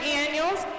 annuals